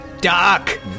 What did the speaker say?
Doc